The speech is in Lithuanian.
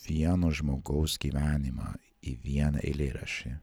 vieno žmogaus gyvenimą į vieną eilėraštį